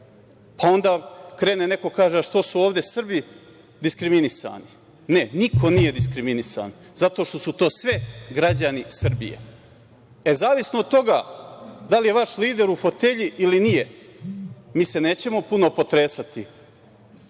pa onda neko kaže - a što su ovde Srbi diskriminisani? Ne, niko nije diskriminisan, zato što su to sve građani Srbije.E, zavisno od toga da li je vaš lider u fotelji ili nije, mi se nećemo puno potresati,